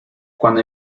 cuando